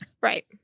Right